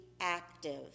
active